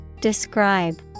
Describe